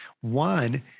One